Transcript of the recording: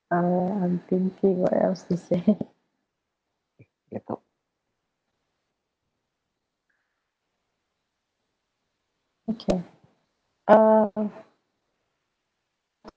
I'm thinking what else to say okay uh